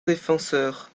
défenseur